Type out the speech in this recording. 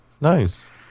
Nice